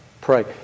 pray